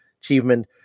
achievement